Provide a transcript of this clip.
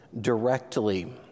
directly